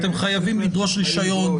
אתם חייבים לדרוש רישיון,